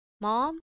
Mom